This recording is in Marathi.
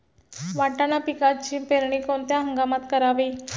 वाटाणा पिकाची पेरणी कोणत्या हंगामात करावी?